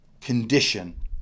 condition